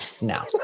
No